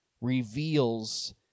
reveals